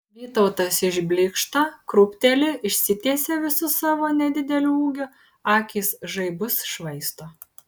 vytautas išblykšta krūpteli išsitiesia visu savo nedideliu ūgiu akys žaibus švaisto